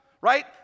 right